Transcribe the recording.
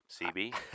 CB